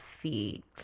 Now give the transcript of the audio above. feet